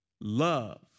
love